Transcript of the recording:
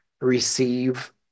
receive